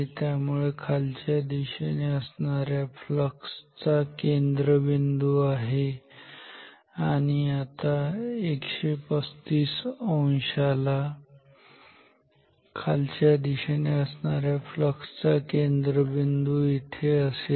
त्यामुळे हे खालच्या दिशेने असणार्या फ्लक्स चा केंद्रबिंदू आहे आणि आता 135 अंशाला खालच्या दिशेने असणाऱ्या फ्लक्स चा केंद्रबिंदू इथे असेल